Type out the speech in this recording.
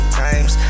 times